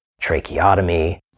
tracheotomy